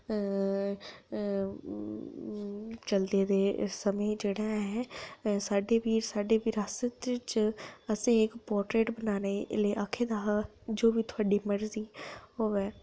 चलदे दे समें जेह्ड़ा ऐ साढ़े बीर साढ़े बरासत च असें इक पोर्टर पोर्टरेड बनाने लेई आखेदा हा जो बी थोआड़ी मर्जी होवै